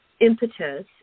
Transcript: impetus